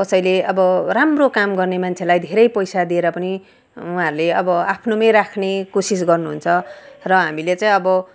कसैले अब राम्रो काम गर्ने मान्छेलाई धेरै पैसा दिएर पनि उहाँहरूले अब आफ्नोमा राख्ने कोसिस गर्नु हुन्छ र हामीले चाहिँ अब